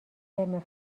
ترم